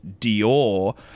Dior